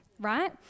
right